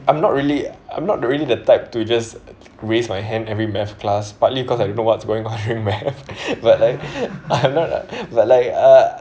I'm not really I'm not really the type to just raise my hand every math class partly because I don't know what's going during math but like I'm not a like like uh